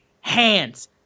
hands